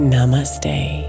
Namaste